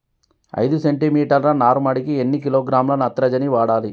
ఐదు సెంటి మీటర్ల నారుమడికి ఎన్ని కిలోగ్రాముల నత్రజని వాడాలి?